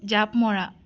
জাপ মৰা